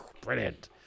brilliant